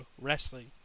Wrestling